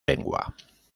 lengua